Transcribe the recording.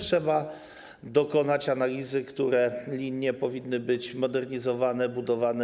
Trzeba też tylko dokonać analizy, które linie powinny być modernizowane, budowane.